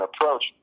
approach